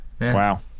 Wow